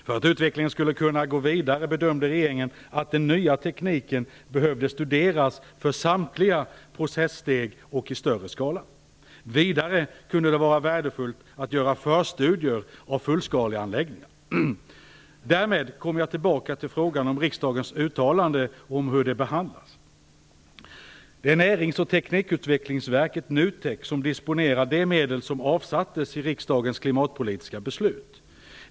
För att utvecklingen skulle kunna gå vidare bedömde regeringen att den nya tekniken behövde studeras för samtliga processteg och i större skala. Vidare kunde det vara värdefullt att göra förstudier av fullskaleanläggningar. Därmed kommer jag tillbaka till frågan om riksdagens uttalande och hur det behandlats. Det är Närings och teknikutvecklingsverket, NUTEK, som disponerar de medel som avsattes i riksdagens klimatpolitiska beslut.